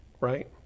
Right